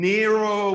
Nero